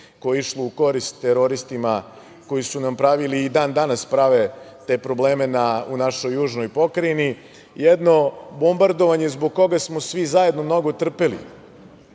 je išlo u korist teroristima, koji su nam pravili, i dan-danas prave, te probleme u našoj južnoj pokrajini. Jedno bombardovanje zbog koga smo svi zajedno mnogo trpeli.